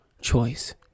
choice